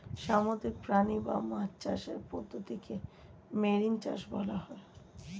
সামুদ্রিক প্রাণী ও মাছ চাষের পদ্ধতিকে মেরিন চাষ বলা হয়